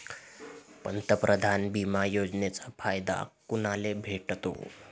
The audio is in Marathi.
पंतप्रधान बिमा योजनेचा फायदा कुनाले भेटतो?